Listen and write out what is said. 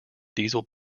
diesel